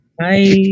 Hi